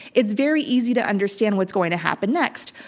it's very easy to understand what's going to happen next.